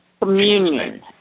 Communion